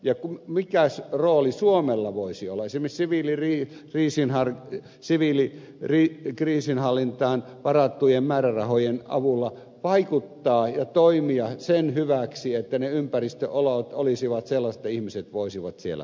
ja mikä rooli suomella voisi olla se vesi viljelee riisin hart siviili esimerkiksi siviilikriisinhallintaan varattujen määrärahojen avulla vaikuttaa ja toimia sen hyväksi että ne ympäristöolot olisivat sellaiset että ihmiset voisivat siellä elää